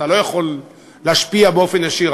אתה לא יכול להשפיע באופן ישיר.